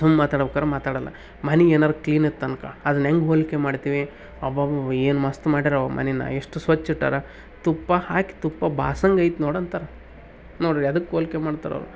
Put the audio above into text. ಸುಮ್ನೆ ಮಾತಾಡ್ಬೇಕಾರ ಮಾತಾಡೋಲ್ಲ ಮನೆ ಏನಾರೆ ಕ್ಲೀನ್ ಇತ್ತು ಅನ್ಕೋ ಅದನ್ನು ಹೆಂಗ್ ಹೋಲ್ಕೆ ಮಾಡ್ತೀವಿ ಅಬೊಬೊಬ್ಬ ಏನು ಮಸ್ತ್ ಮಾಡ್ಯಾರೆ ಅವ ಮನೆನ ಎಷ್ಟು ಸ್ವಚ್ಚ ಇಟ್ಟಾರೆ ತುಪ್ಪ ಹಾಕಿ ತುಪ್ಪ ಬಾರಿಸೋಂಗ್ ಐತಿ ನೋಡು ಅಂತಾರೆ ನೋಡ್ರೀ ಯಾವ್ದಕ್ ಹೋಲ್ಕೆ ಮಾಡ್ತಾರೆ ಅವರು